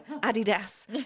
Adidas